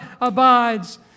abides